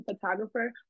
photographer